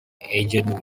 agent